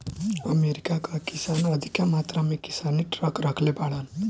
America कअ किसान अधिका मात्रा में किसानी ट्रक रखले बाड़न